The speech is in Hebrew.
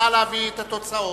נא להביא את התוצאות.